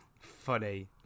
funny